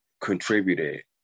contributed